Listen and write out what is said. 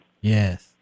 Yes